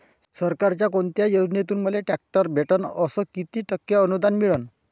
सरकारच्या कोनत्या योजनेतून मले ट्रॅक्टर भेटन अस किती टक्के अनुदान मिळन?